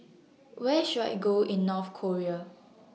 Where should I Go in North Korea